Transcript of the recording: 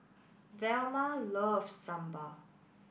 Velma loves Sambar